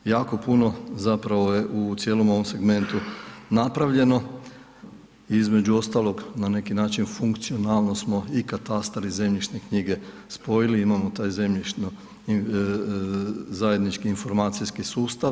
Jako puno zapravo je u cijelom ovom segmentu napravljeno i između ostalog na neki način funkcionalno smo i katastar i zemljišne knjige spojili, imamo taj zemljišno, zajednički informacijski sustav.